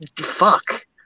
fuck